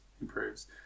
improves